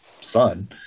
son